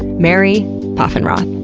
mary poffenroth.